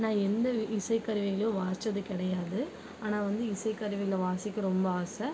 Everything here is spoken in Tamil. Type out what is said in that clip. நான் எந்த இசைக் கருவிகளையும் வாசித்தது கிடையாது ஆனால் வந்து இசைக் கருவிகளை வாசிக்க ரொம்ப ஆசை